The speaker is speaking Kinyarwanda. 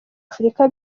afurika